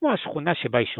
כמו השכונה שבה היא שוכנת,